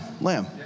lamb